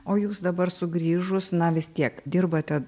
o jūs dabar sugrįžus na vis tiek dirbate